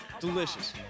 Delicious